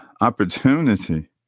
opportunity